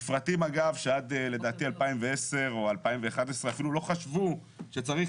מפרטים שלדעתי עד שנת 2010 או 2011 אפילו לא חשבו שצריך